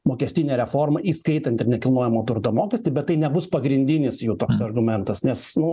mokestinę reformą įskaitant ir nekilnojamo turto mokestį bet tai nebus pagrindinis jų toks argumentas nes nu